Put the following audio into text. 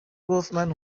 گفتمن